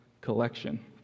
collection